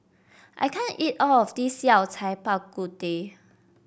I can't eat all of this Yao Cai Bak Kut Teh